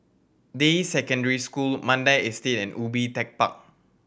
Deyi Secondary School Mandai Estate and Ubi Tech Park